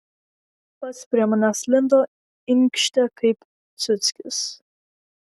pats prie manęs lindo inkštė kaip ciuckis